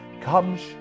comes